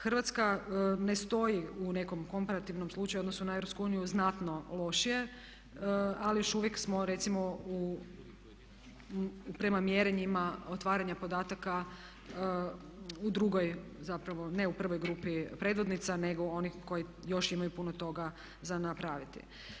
Hrvatska ne stoji u nekom komparativnom slučaju u odnosu na EU znatno lošije ali još uvijek smo recimo prema mjerenjima otvaranja podataka u drugoj zapravo, ne u prvoj grupi predvodnica nego onih koji još imaju puno toga za napraviti.